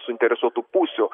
suinteresuotų pusių